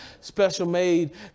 special-made